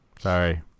sorry